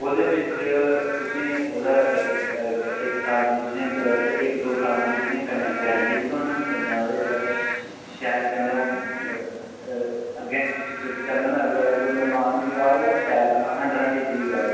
ओह्दे बिच तुसें ई ओह्दे इक इक साल दी तुसें ई इक दो साल दी तुसें ई कन्नै गरैंटी बी थ्होनी कन्नै ओह्दा जेह्ड़ा श शैल कन्नै ओह् अग्गें च च चलना लगी पेआ अगर कोई मकान बी पाह्ग ते शैल हंडने आह्ली चीज ऐ ओह्